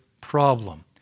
problem